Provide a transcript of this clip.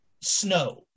snow